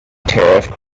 tariff